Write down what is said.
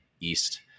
east